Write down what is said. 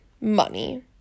money